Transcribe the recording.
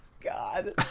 God